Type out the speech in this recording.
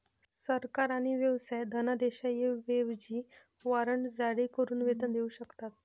सरकार आणि व्यवसाय धनादेशांऐवजी वॉरंट जारी करून वेतन देऊ शकतात